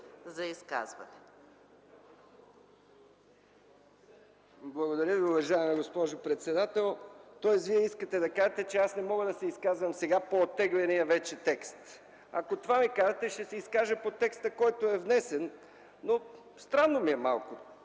МИКОВ (КБ): Благодаря Ви, уважаема госпожо председател. Тоест Вие искате да кажете, че аз не мога да се изказвам сега по оттегления вече текст? Ако това ми казвате, ще се изкажа по текста, който е внесен, но ми е странен малко